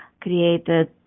created